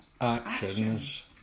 actions